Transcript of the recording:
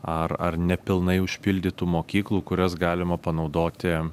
ar ar nepilnai užpildytų mokyklų kurias galima panaudoti